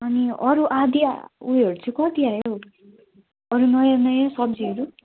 अनि अरू आदि उयोहरू चाहिँ कति आयो हौ अरू नयाँ नयाँ सब्जीहरू